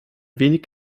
wenig